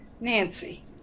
Nancy